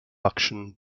action